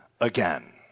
again